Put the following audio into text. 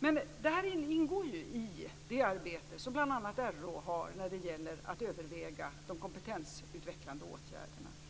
juridisk. Det här ingår i det arbete som bl.a. RÅ utför när det gäller att överväga de kompetensutvecklande åtgärderna.